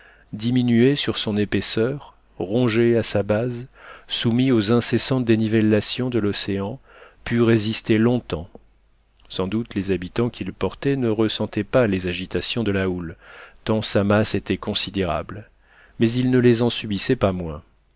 diminué sur son épaisseur rongé à sa base soumis aux incessantes dénivellations de l'océan pût résister longtemps sans doute les habitants qu'il portait ne ressentaient pas les agitations de la houle tant sa masse était considérable mais il ne les en subissait pas moins